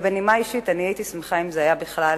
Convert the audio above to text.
בנימה אישית, הייתי שמחה אם זה היה בכלל